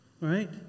Right